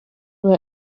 were